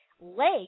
Lake